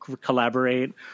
collaborate